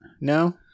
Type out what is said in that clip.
No